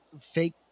fake